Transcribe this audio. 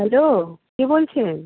hello কে বলছেন